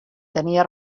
tenia